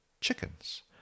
chickens